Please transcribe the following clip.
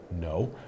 No